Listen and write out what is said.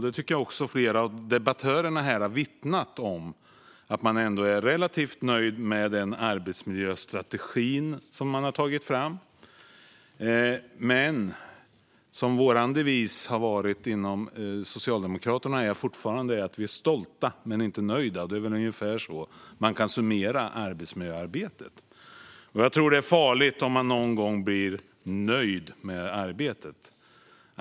Det tycker jag också att flera av debattörerna här har vittnat om. Man är ändå relativt nöjd med den arbetsmiljöstrategi som man har tagit fram. Men vår devis inom Socialdemokraterna är fortfarande att vi är stolta men inte nöjda. Det är väl ungefär så man kan summera arbetsmiljöarbetet. Jag tror att det är farligt om man någon gång blir nöjd med arbetet.